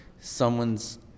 someone's